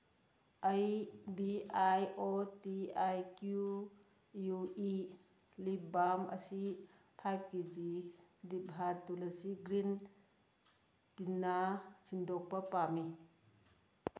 ꯑꯩ B I O T I Q U E lip balm ꯑꯁꯤ five K G diva Tulsi green ꯇꯤꯅ ꯁꯤꯟꯗꯣꯛꯄ ꯄꯥꯝꯃꯤ